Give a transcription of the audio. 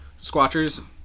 Squatchers